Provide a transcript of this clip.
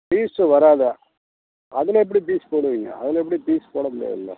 piece வராதா அதில் எப்படி பீஸ் போடுவீங்க அதில் எப்படி பீஸ் போட முடியாதில்ல